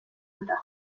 eta